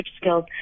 skills